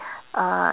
uh